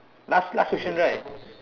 last last question right